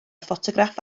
ffotograff